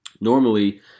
normally